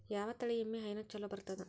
ಯಾವ ತಳಿ ಎಮ್ಮಿ ಹೈನ ಚಲೋ ಬರ್ತದ?